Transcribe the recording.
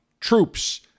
troops